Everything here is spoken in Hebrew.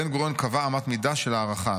בן-גוריון קבע אמת מידה של הערכה,